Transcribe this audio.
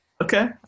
Okay